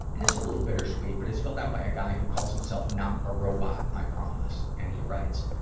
and it's a little bittersweet, but it's filled out by a guy who calls himself not a robot, i promise and he writes,